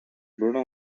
bruno